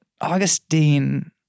Augustine